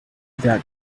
that